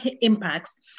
impacts